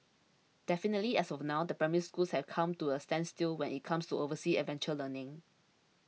definitely as of now the Primary Schools have come to a standstill when it comes to overseas adventure learning